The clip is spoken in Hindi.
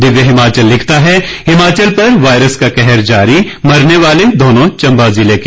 दिव्य हिमाचल लिखता है हिमाचल पर वायरस का कहर जारी मरने वाले दोनों चंबा जिला के